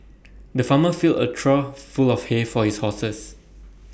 the farmer filled A trough full of hay for his horses